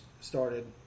started